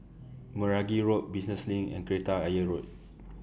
Meragi Road Business LINK and Kreta Ayer Road